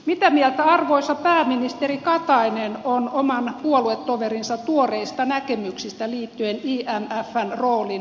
mitä mieltä arvoisa pääministeri katainen on oman puoluetoverinsa tuoreista näkemyksistä liittyen imfn roolin vahvistamiseen